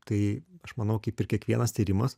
tai aš manau kaip ir kiekvienas tyrimas